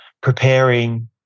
preparing